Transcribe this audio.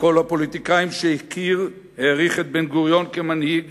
מכל הפוליטיקאים שהכיר העריך את בן-גוריון כמנהיג